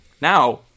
Now